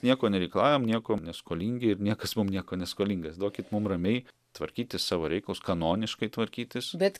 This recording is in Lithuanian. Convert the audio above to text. nieko nereikalaujam nieko neskolingi ir niekas mum nieko neskolingas duokit mum ramiai tvarkyti savo reikalus kanoniškai tvarkytis bet